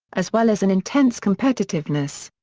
as well as an intense competitiveness.